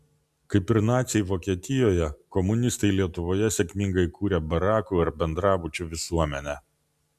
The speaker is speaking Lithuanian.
kaip ir naciai vokietijoje komunistai lietuvoje sėkmingai kūrė barakų ar bendrabučių visuomenę